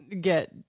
get